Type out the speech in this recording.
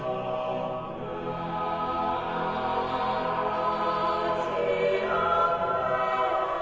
i